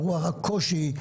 הקושי,